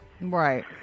Right